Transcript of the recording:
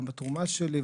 גם בתרומה שלי.